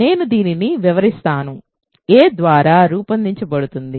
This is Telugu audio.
నేను దీనిని వివరిస్తాను a ద్వారా రూపొందించబడింది